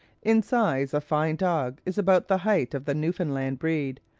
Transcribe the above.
in size a fine dog is about the height of the newfoundland breed,